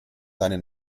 seine